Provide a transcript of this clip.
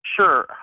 Sure